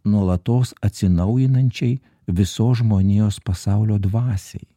nuolatos atsinaujinančiai visos žmonijos pasaulio dvasiai